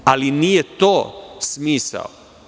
Ali, nije to smisao.